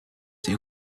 die